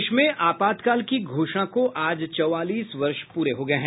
देश में आपातकाल की घोषणा को आज चौवालीस वर्ष प्ररे हो गए हैं